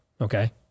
Okay